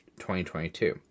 2022